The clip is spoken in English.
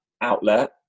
outlet